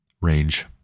range